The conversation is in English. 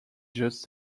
just